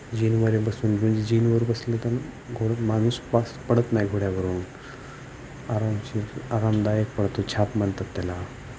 जीनवर बसून म्हणजे जीनवर बसलं तर घोडा माणूस पास पडत नाही घोड्यावरून आरामशीर आरामदायक पळतो छाप म्हणतात त्याला